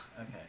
Okay